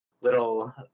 little